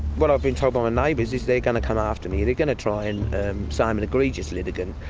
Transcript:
what i've been told by my and neighbours is they're going to come after me. they're going to try and say i'm an egregious litigant,